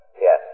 Yes